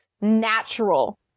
natural